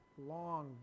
long